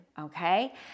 Okay